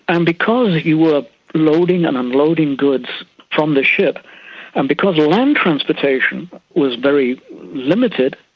and because you were loading and unloading goods from the ship and because land transportation was very limited,